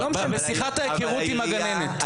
בשיחת ההיכרות עם הגננת.